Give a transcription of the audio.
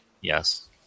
Yes